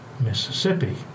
Mississippi